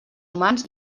humans